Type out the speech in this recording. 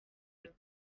huit